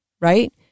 right